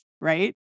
right